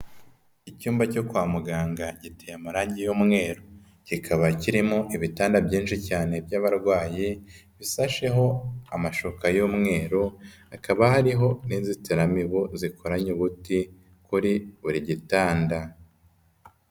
Icyumba cyo kwa muganga giteye amarangi y'umweru, kikaba kirimo ibitanda byinshi cyane by'abarwayi, bisasheho amashuka y'umweru, hakaba hariho n'inzitiramibu zikoranye umuti kuri buri gitanda.